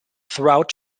throughout